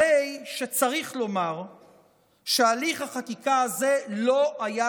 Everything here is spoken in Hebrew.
הרי שצריך לומר שהליך החקיקה הזה לא היה